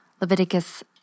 Leviticus